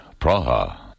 Praha